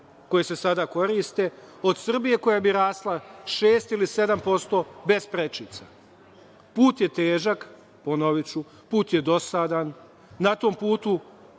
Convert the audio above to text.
koje se sada koriste od Srbije koja bi rasla 6% ili 7% bez prečica. Put je težak, ponoviću, put je dosadan, na tom putu